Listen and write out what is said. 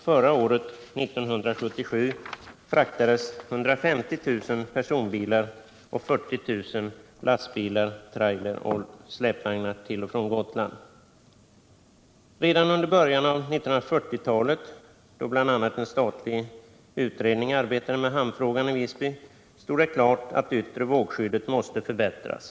Förra året — 1977 — fraktades 150 000 personbilar och 40 000 lastbilar, trailers och släpvagnar till och från Gotland. Redan under början av 1940-talet, då bl.a. en statlig utredning arbetade med hamnfrågan i Visby, stod det klart att yttre vågskyddet måste förbättras.